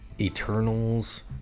Eternals